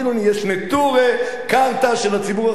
יש נטורי קרתא של הציבור החילוני,